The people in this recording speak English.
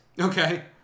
Okay